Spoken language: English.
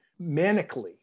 manically